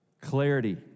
clarity